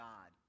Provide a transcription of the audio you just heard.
God